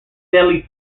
deadly